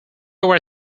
were